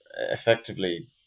effectively